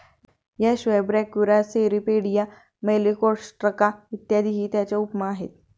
याशिवाय Brachyura, Cirripedia, Malacostraca इत्यादीही त्याच्या उपमा आहेत